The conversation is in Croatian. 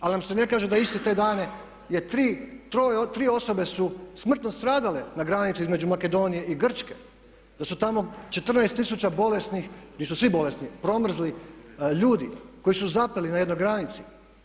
Ali nam se ne kaže da iste te dane je tri, tri osobe su smrtno stradale na granici između Makedonije i Grčke, da su tamo 14000 bolesnih gdje su svi bolesni, promrzli ljudi koji su zapeli na jednoj granici.